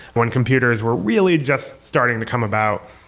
when computers were really just starting to come about,